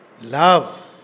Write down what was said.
Love